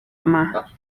yna